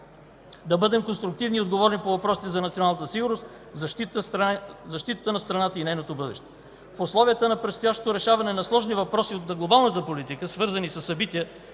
да бъдем конструктивни и отговорни по въпросите за националната сигурност, защитата на страната и нейното бъдеще. В условията на предстоящото решаване на сложни въпроси от глобалната политика, свързани със събития,